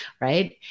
right